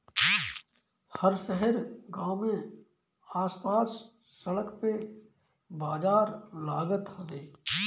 हर शहर गांव में आस पास सड़क पे बाजार लागत हवे